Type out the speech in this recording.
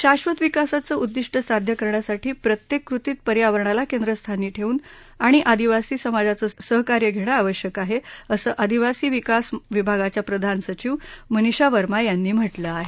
शाश्वत विकासाचं उद्दीष्ट साध्य करण्यासाठी प्रत्येक कृतीत पर्यावरणाला केंद्रस्थानी ठेवूणं आणि आदिवासी समाजाचं सहकार्य घेणं आवश्यक आहे असं आदिवासी विकास विभागाच्या प्रधान सचिव मनिषा वर्मा यांनी म्हटलं आहे